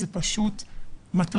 זה פשוט מטריף.